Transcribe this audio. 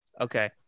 Okay